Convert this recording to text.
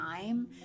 time